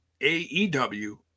AEW